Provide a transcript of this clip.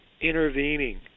intervening